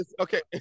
okay